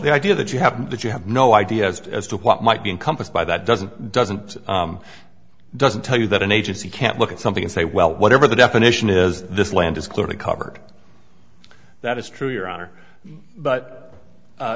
the idea that you have that you have no idea as to what might be encompassed by that doesn't doesn't doesn't tell you that an agency can't look at something and say well whatever the definition is this land is clearly covered that is true your honor but a